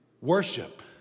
worship